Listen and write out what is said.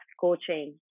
coaching